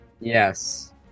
Yes